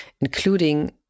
including